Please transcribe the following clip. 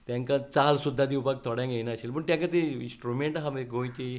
चाल सुद्दां दिवपाक थोड्यांक येनाशिल्लीं